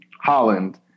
Holland